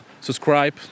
subscribe